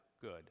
good